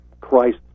Christ